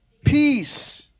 peace